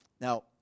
Now